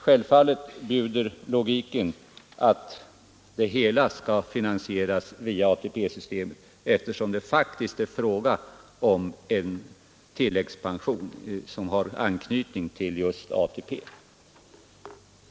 Självfallet bjuder logiken att det hela skall finansieras via ATP-systemet, eftersom det faktiskt är fråga om en tilläggspension som har anknytning till just ATP.